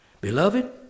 Beloved